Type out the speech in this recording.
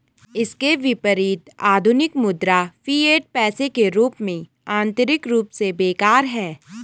इसके विपरीत, आधुनिक मुद्रा, फिएट पैसे के रूप में, आंतरिक रूप से बेकार है